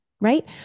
right